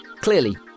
clearly